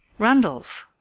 randolph,